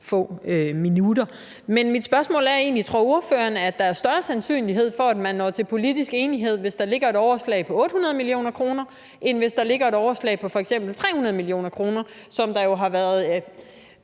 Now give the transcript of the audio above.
få minutter. Mit spørgsmål er egentlig: Tror ordføreren, at der er større sandsynlighed for, at man når til politisk enighed, hvis der ligger et overslag på 800 mio. kr., end hvis der ligger et overslag på f.eks. 300 mio. kr., som aktører